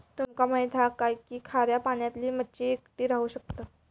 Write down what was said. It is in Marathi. तुमका माहित हा काय की खाऱ्या पाण्यातली मच्छी एकटी राहू शकता